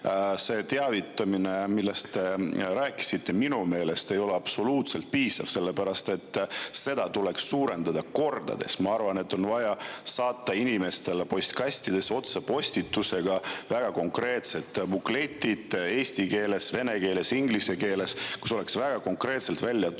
see teavitamine, millest te rääkisite, minu meelest ei ole absoluutselt piisav, seda tuleks suurendada kordades. Ma arvan, et on vaja saata inimestele postkastidesse otsepostitusega konkreetsed bukletid eesti keeles, vene keeles, inglise keeles, kus oleks väga konkreetselt välja toodud,